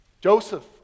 Joseph